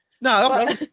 no